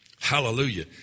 Hallelujah